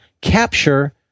capture